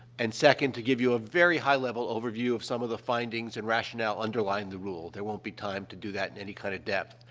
and second, to give you a very high-level overview of some of the findings and rationale underlying the rule. there won't be time to do that in any kind of depth.